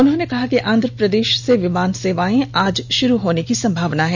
उन्होंने कहा कि आंध्र प्रदेश से विमान सेवाए आज शुरू होने की संभावना है